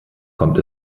kommt